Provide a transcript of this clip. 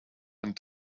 and